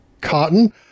cotton